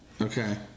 Okay